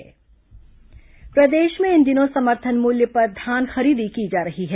धान खरीदी प्रदेश में इन दिनों समर्थन मूल्य पर धान खरीदी की जा रही है